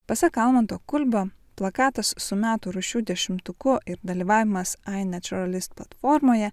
pasak almanto kulbio plakatas su metų rūšių dešimtuku ir dalyvavimas inaturalist platformoje